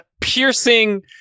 piercing